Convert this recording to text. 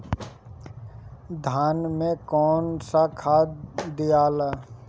धान मे कौन सा खाद दियाला?